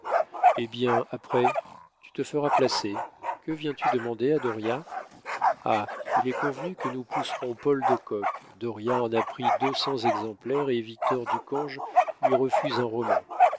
eh bien après tu te feras placer que viens-tu demander à dauriat ah il est convenu que nous pousserons paul de kock dauriat en a pris deux cents exemplaires et victor ducange lui refuse un roman